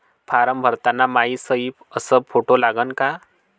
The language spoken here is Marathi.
फारम भरताना मायी सयी अस फोटो लागन का?